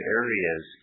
areas